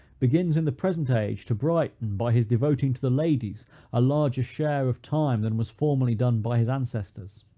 begins in the present age to brighten, by his devoting to the ladies a larger share of time than was formerly done by his ancestors.